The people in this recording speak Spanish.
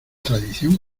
tradición